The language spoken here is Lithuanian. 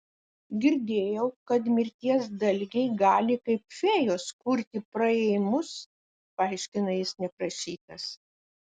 girdėjau kad mirties dalgiai gali kaip fėjos kurti praėjimus paaiškina jis neprašytas